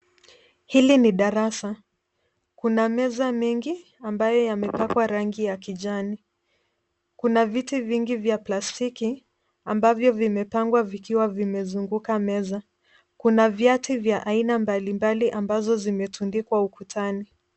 Hili ni darasa. Kuna meza mengi ambayo yamepakwa rangi ya kijani. Kuna viti vingi vya plastiki ambavyo vimepangwa vikiwa vimezunguka meza. Kuna vyati vya aina mbalimbali ambazo zimetundikwa ukutani.